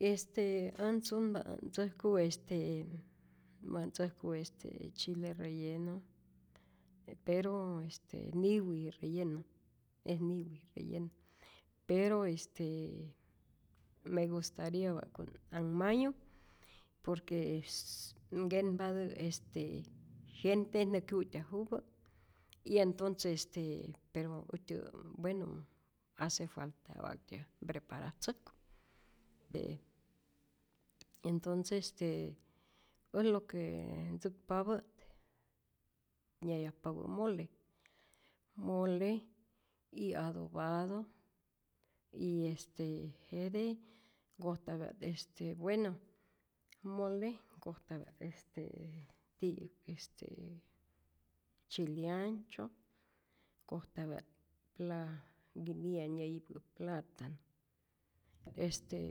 Este än sunpa't wa ntzäjku este, wa' ntzäjku este, chile relleno, pero este niwi relleno es niwi relleno, pero este me gustaria wa'kun anhmayu por que nkenpatät este gente nä kyu'tyajupä y entonce este pero äjtyä bueno hace falta wa'ktyä mpreparatzäjku, de entonce este, äj lo que ntzäkpapä't nyajayajpapä mole, mole y adobado y este jete nkojtapya't este bueno, mole nkojtapya't este ti'yäk este chile ancho, nkojtapya't pla nkiniya nyäyipä platano, este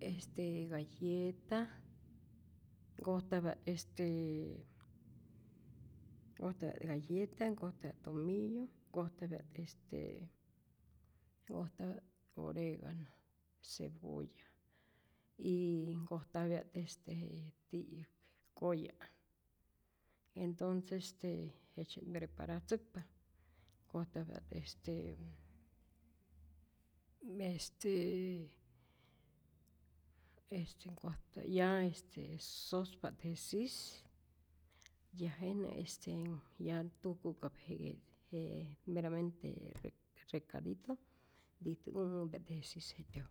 este galleta, nkojtapya't este nkojtapya't galleta, nkojtapya't tomillo, nkojtapya't este nkojtapya't oregano, cebolla, y nkojtapya't este je ti'yäk koya, entonces este jejtzye't mpreparatzäkpa, nkojtapya't este este este nkoj ya este sospa't je sis ya jenä este ya tujku'kap je je meramente re recadito je sis y ya.